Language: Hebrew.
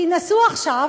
תינשאו עכשיו,